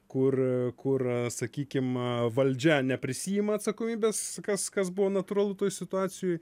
kur kur sakykim valdžia neprisiima atsakomybės kas kas buvo natūralu toj situacijoj